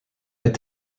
est